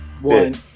One